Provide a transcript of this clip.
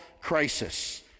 crisis